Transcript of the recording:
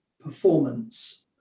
performance